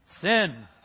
sin